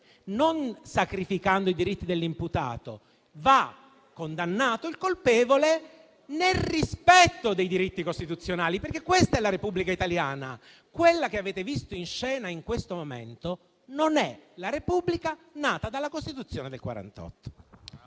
non sacrificando i diritti dell'imputato. Va condannato il colpevole nel rispetto dei diritti costituzionali, perché questa è la Repubblica italiana. Quella che avete visto in scena in questo momento non è la Repubblica nata dalla Costituzione del 1948.